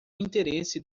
interesse